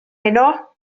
heno